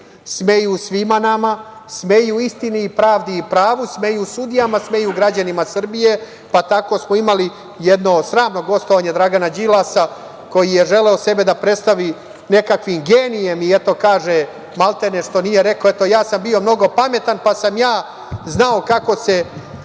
smeju svima nama, smeju istini i pravdi i pravu, smeju sudijama, smeju građanima Srbije. Tako smo imali jedno sramno gostovanje Dragana Đilasa, koji je želeo sebe da predstavi nekakvim genijem - ja sam bio mnogo pametan pa sam znao kako se